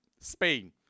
Spain